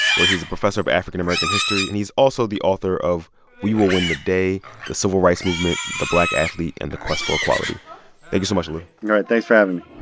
where he's a professor of african-american history. and he's also the author of we will win the day the civil rights movement, the black athlete, and the quest for equality. thank you so much, lou all right. thanks for having me